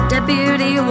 Deputy